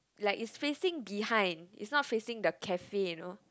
like is facing behind it's not facing the cafe you know